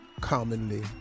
commonly